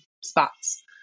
spots